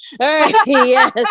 Yes